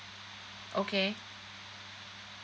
okay